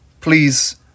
please